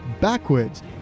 backwards